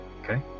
Okay